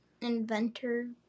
inventor